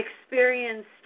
experienced